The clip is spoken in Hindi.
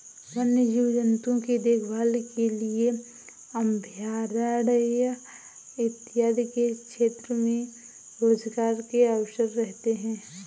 वन्य जीव जंतुओं की देखभाल के लिए अभयारण्य इत्यादि के क्षेत्र में रोजगार के अवसर रहते हैं